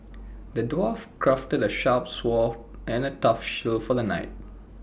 the dwarf crafted A sharp sword and A tough shield for the knight